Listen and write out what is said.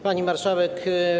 Pani Marszałek!